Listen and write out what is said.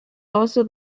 also